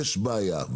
ויש בעיה,